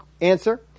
answer